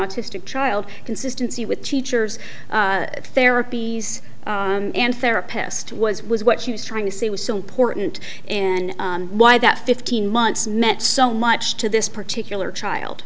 artistic child consistency with teachers therapies and therapist was was what she was trying to see was so important and why that fifteen months meant so much to this particular child